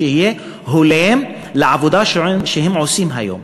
שיהיה הולם לעבודה שהם עובדים היום.